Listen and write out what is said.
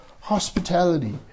Hospitality